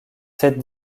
sept